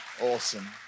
Awesome